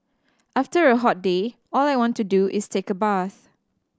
after a hot day all I want to do is take a bath